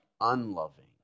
unloving